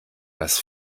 das